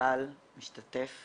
שהמטופל משתתף